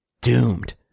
doomed